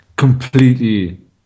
completely